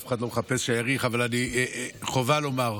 אף אחד לא מחפש שאאריך, אבל חובה לומר.